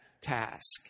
task